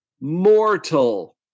mortal